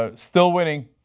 ah still winning,